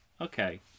Okay